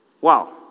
Wow